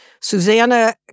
Susanna